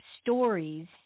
stories